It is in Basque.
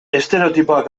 estereotipoak